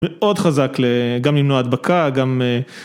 מאוד חזק גם למנוע הדבקה גם.